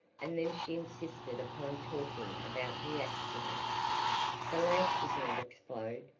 and then she insisted upon talking about the accident the lamp did not explode,